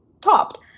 topped